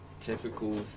typical